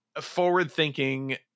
forward-thinking